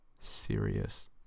serious